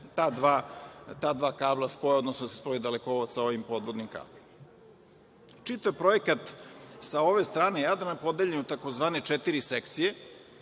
ta dva kabla spoje, odnosno da se spoji dalekovod sa ovim podvodnim kablom. Čitav projekat sa ove strane Jadrana podeljen je u tzv. četiri sekcije.